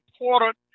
important